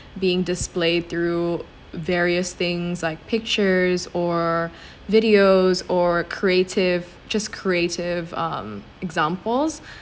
being displayed through various things like pictures or videos or creative just creative um examples